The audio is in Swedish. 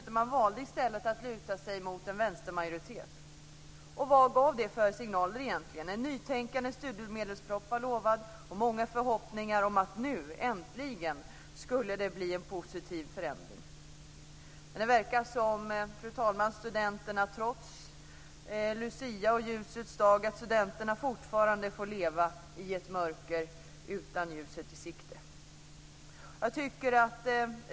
Man har i stället valt att luta sig mot en vänstermajoritet. Vad har det gett för signaler? En studiemedelsproposition med nytänkande har varit utlovad, och det har varit många förhoppningar om att det äntligen ska bli en positiv förändring. Det verkar, fru talman, som att studenterna, trots Lucia och ljusets dag, fortfarande får leva i ett mörker utan ljuset i sikte.